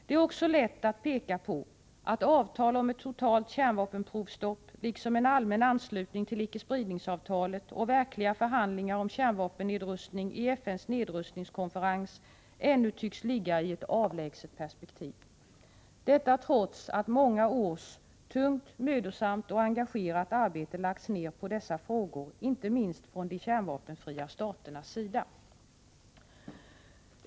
Det är också lätt att peka på att avtal om ett totalt kärnvapenprovstopp, liksom en allmän anslutning till icke-spridningsavtalet och verkliga förhandlingar om kärnvapennedrustning i FN:s nedrustningskonferens ännu tycks ligga i ett avlägset perspektiv, detta trots att många års tungt, mödosamt och engagerat arbete lagts ned på dessa frågor, inte minst från de kärnvapenfria staternas sida.